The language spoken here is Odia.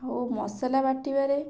ଓ ମସଲା ବାଟିବାରେ